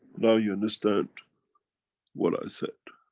now you understand what i said.